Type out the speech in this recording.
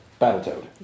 Battletoad